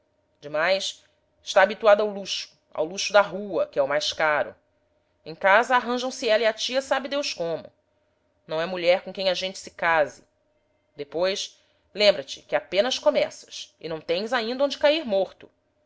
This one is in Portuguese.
demais está habituada ao luxo ao luxo da rua que é o mais caro em casa arranjam se ela e a tia sabe deus como não é mulher com quem a gente se case depois lembra-te que apenas começas e não tens ainda onde cair morto